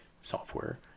software